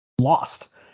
lost